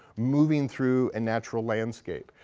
moving through a natural landscape.